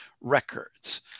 records